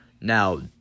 Now